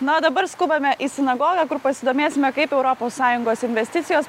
na dabar skubame į sinagogą kur pasidomėsime kaip europos sąjungos investicijos